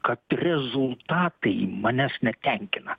kad rezultatai manęs netenkina